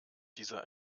dieser